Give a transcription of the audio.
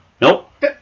Nope